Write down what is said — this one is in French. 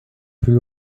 plus